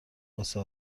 واسه